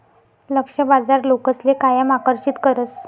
लक्ष्य बाजार लोकसले कायम आकर्षित करस